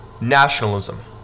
nationalism